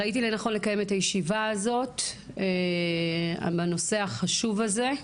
ראיתי לנכון לקיים את הישיבה הזאת בנושא החשוב הזה,